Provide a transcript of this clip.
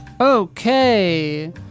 Okay